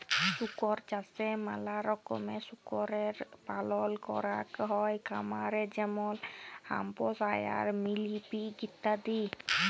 শুকর চাষে ম্যালা রকমের শুকরের পালল ক্যরাক হ্যয় খামারে যেমল হ্যাম্পশায়ার, মিলি পিগ ইত্যাদি